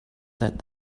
that